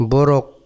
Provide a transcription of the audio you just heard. Borok